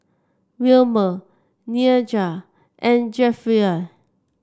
Wilmer Nyah and Jefferey